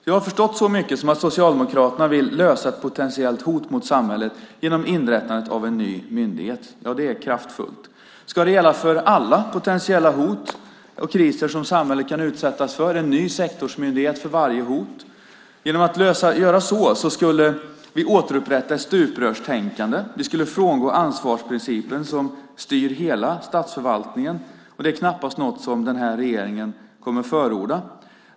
Jag har förstått så mycket som att Socialdemokraterna vill lösa ett potentiellt hot mot samhället genom inrättandet av en ny myndighet. Ja, det är ju kraftfullt. Ska det gälla för alla potentiella hot och kriser som samhället kan utsättas för? Ska det vara en ny sektorsmyndighet för varje hot? Genom att göra så skulle vi återupprätta ett stuprörstänkande. Vi skulle frångå ansvarsprincipen som styr hela statsförvaltningen. Det är knappast något som denna regering kommer att förorda.